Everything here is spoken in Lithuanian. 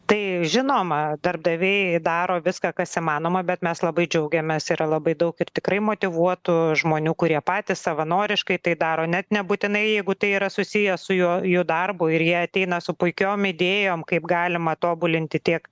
tai žinoma darbdaviai daro viską kas įmanoma bet mes labai džiaugiamės yra labai daug ir tikrai motyvuotų žmonių kurie patys savanoriškai tai daro net nebūtinai jeigu tai yra susiję su juo jų darbu ir jie ateina su puikiom idėjom kaip galima tobulinti tiek